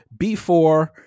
B4